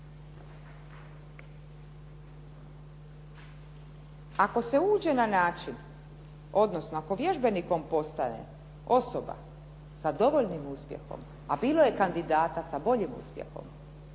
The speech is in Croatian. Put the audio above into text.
Ako se uđe na način, odnosno ako vježbenikom postane osoba sa dovoljnim uspjehom, a bilo je kandidata sa boljim uspjehom,